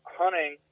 hunting